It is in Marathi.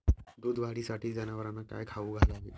दूध वाढीसाठी जनावरांना काय खाऊ घालावे?